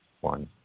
one